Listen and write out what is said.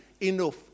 enough